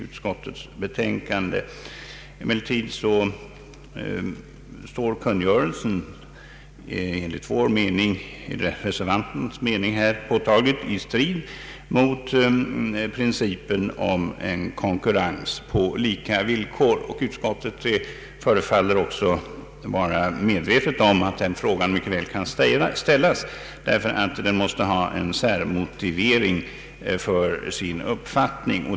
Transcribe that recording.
utskottets utlåtande. Emellertid står kungörelsen enligt reservantens mening påtagligt i strid mot principen om konkurrens på lika villkor. Utskottet förefaller också vara medvetet om att den frågan mycket väl kan ställas, eftersom utskottet måste ha en särmotivering för sin uppfattning.